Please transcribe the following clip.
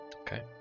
Okay